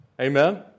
Amen